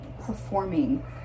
performing